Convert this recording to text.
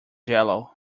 jello